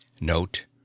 note